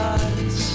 eyes